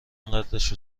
اینقدرشو